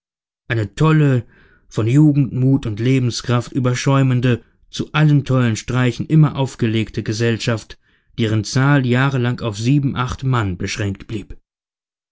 nächten eine tolle von jugendmut und lebenskraft überschäumende zu allen tollen streichen immer aufgelegte gesellschaft deren zahl jahrelang auf sieben acht mann beschränkt blieb